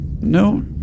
No